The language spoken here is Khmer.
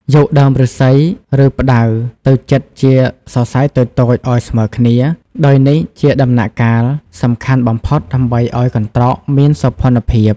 យកដើមឫស្សី ឬផ្តៅទៅចិតជាសរសៃតូចៗឲ្យស្មើគ្នា ដោយនេះជាដំណាក់កាលសំខាន់បំផុតដើម្បីឲ្យកន្ត្រកមានសោភ័ណភាព។